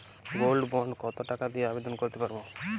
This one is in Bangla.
গোল্ড বন্ড কত টাকা দিয়ে আবেদন করতে পারবো?